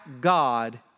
God